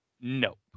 Nope